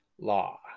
law